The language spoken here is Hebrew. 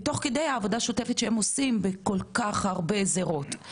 ותוך כדי העבודה השוטפת שהם עושים בכל כך הרבה זירות.